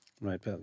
right